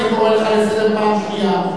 אני קורא לך לסדר פעם שנייה.